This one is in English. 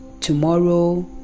tomorrow